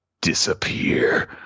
disappear